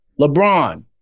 LeBron